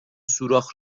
سوراخ